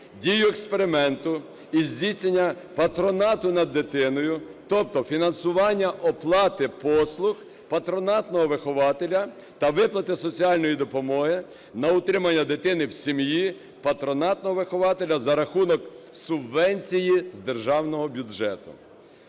дію експерименту із здійснення патронату над дитиною, тобто фінансування оплати послуг патронатного вихователя та виплати соціальної допомоги на утримання дитини в сім'ї патронатного вихователя за рахунок субвенції з державного бюджету.